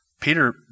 Peter